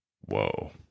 Whoa